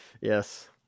Yes